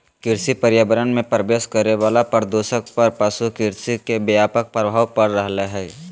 कृषि पर्यावरण मे प्रवेश करे वला प्रदूषक पर पशु कृषि के व्यापक प्रभाव पड़ रहल हई